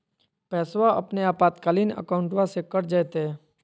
पैस्वा अपने आपातकालीन अकाउंटबा से कट जयते?